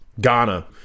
Ghana